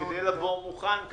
כדי לבוא מוכן.